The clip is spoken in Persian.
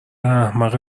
احمق